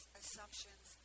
assumptions